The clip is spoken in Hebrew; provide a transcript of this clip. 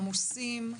עמוסים,